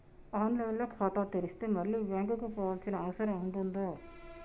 On line లో ఖాతా తెరిస్తే మళ్ళీ బ్యాంకుకు పోవాల్సిన అవసరం ఉంటుందా?